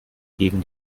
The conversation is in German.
gegen